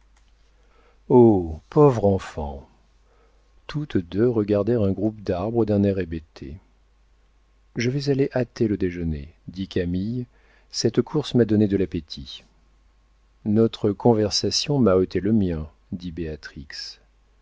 pauvre enfant toutes deux regardèrent un groupe d'arbres d'un air hébété je vais aller hâter le déjeuner dit camille cette course m'a donné de l'appétit notre conversation m'a ôté le mien dit